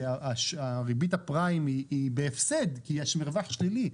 מוכיח שריבית הפריים היא בהפסד כי יש מרווח שלילי,